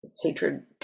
hatred